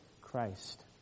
Christ